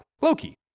Loki